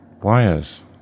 Wires